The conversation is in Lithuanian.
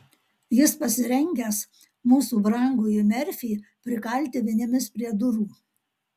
jis pasirengęs mūsų brangųjį merfį prikalti vinimis prie durų